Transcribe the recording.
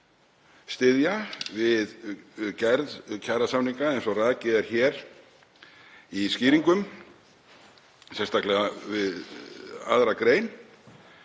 styðja við gerð kjarasamninga, eins og rakið er hér í skýringum, sérstaklega við 2. gr.